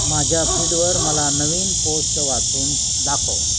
माझ्या फीडवर मला नवीन पोस्ट वाचून दाखव